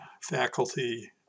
faculty